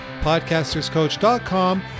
Podcasterscoach.com